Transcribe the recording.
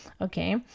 okay